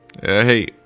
Hey